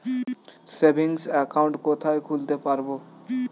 Savings account কোথায় খুলতে পারব?